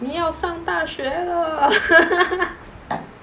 你要上大学了